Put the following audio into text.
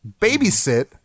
babysit